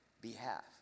behalf